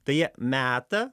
tai jie meta